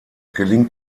gelingt